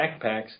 backpacks